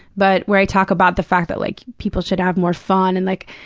but where i talk about the fact that, like, people should have more fun. and, like,